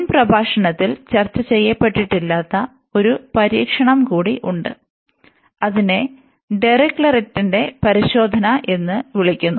മുൻ പ്രഭാഷണത്തിൽ ചർച്ച ചെയ്യപ്പെട്ടിട്ടില്ലത്ത ഒരു പരീക്ഷണം കൂടി ഉണ്ട് അതിനെ ഡിറിക്ലെറ്റിന്റെ പരിശോധന Dirichlet's test എന്ന് വിളിക്കുന്നു